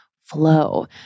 flow